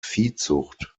viehzucht